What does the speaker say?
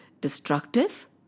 destructive